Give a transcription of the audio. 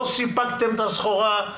לא סיפקתם את הסחורה.